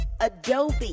adobe